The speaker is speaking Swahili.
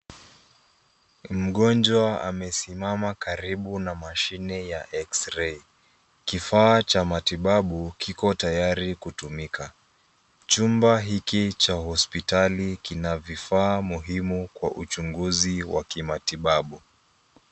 Mgonjwa amesimama karibu na mashine ya x-ray . Kifaa cha matibabu kiko tayari kutumika. Chumba hiki cha hospitali kina vifaa muhimu kwa uchunguzi wa kimatibabu.